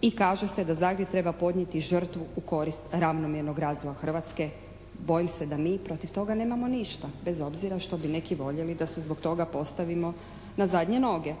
i kaže se da Zagreb treba podnijeti žrtvu u korist ravnomjernog razvoja Hrvatske. Bojim se da mi protiv toga nemamo ništa, bez obzira što bi neki voljeli da se zbog toga postavimo na zadnje noge.